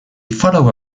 follow